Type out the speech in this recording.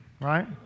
Right